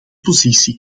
positie